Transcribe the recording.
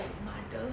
mother